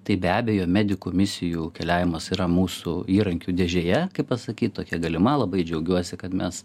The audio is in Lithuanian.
tai be abejo medikų misijų keliavimas yra mūsų įrankių dėžėje kaip pasakyt tokia galima labai džiaugiuosi kad mes